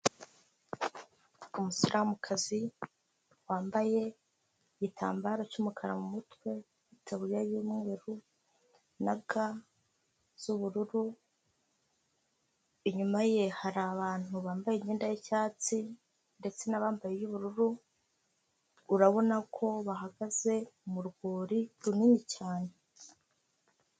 Umusilamukazi wambaye igitambaro cy'umukara mu mutwe n'itaburiya y'umweru na ga z'ubururu, inyuma ye hari abantu bambaye imyenda y'icyatsi ndetse bambaye iy'bururu urabona ko bahagaze mu rwuri runini cyane.